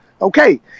Okay